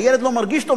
הילד לא מרגיש טוב,